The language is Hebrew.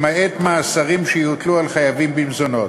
למעט מאסרים שיוטלו על חייבים במזונות.